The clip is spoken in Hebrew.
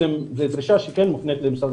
זו דרישה שכן מופנית בעיקר למשרד